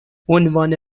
عنوان